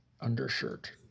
Undershirt